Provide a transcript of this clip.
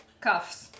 cuffs